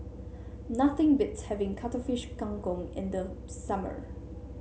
nothing beats having Cuttlefish Kang Kong in the summer